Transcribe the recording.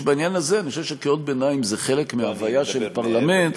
שבעניין הזה אני חושב שקריאות ביניים זה חלק מהוויה של פרלמנט.